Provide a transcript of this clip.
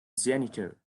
janitor